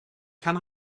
can